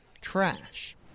trash